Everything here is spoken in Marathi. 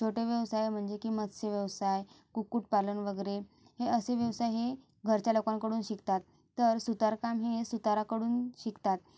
छोटे व्यवसाय म्हणजे की मत्स्य व्यवसाय कुक्कुटपालन वगैरे हे असे व्यवसाय हे घरच्या लोकांकडून शिकतात तर सुतारकाम हे सुताराकडून शिकतात